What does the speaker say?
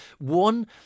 one